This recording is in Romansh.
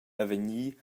avegnir